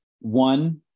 One